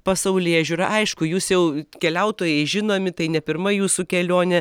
pasaulėžiūra aišku jūs jau keliautojai žinomi tai ne pirma jūsų kelionė